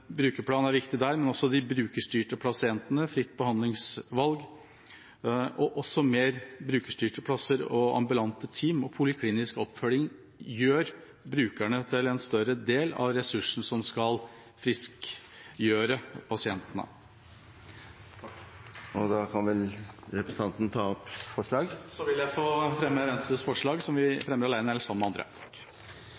BrukerPlan er viktig der, men også de brukerstyrte pasientene, fritt behandlingsvalg og også mer brukerstyrte plasser, ambulante team og poliklinisk oppfølging gjør brukerne til en større del av ressursene som skal friskgjøre pasientene. Jeg tar herved opp Venstres forslag. Representanten Ketil Kjenseth har tatt opp